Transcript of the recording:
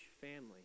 family